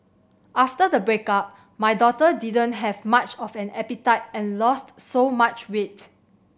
after the breakup my daughter didn't have much of an appetite and lost so much weight